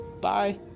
bye